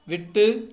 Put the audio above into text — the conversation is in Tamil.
விட்டு